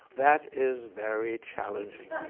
that is very challenging.